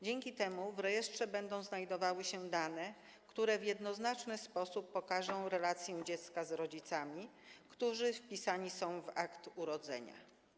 Dzięki temu w rejestrze będą znajdowały się dane, które w jednoznaczny sposób pokażą relację dziecka z rodzicami, którzy są wpisani do aktu urodzenia.